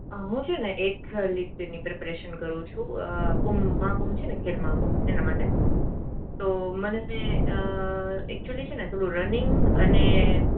હું છે ને એક લીટ ની પ્રિપેરેશન કરું છું કુંભ મહાકુંભ છે ને ખેલ મહાકુંભ એના માટે તો મને એક્ચુઅલ્લી છે ન થોડું રનિંગ અને